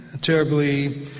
Terribly